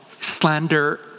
slander